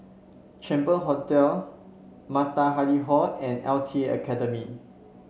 Champion Hotel Matahari Hall and L T A Academy